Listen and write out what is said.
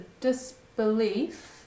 disbelief